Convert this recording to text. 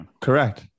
Correct